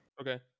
okay